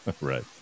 Right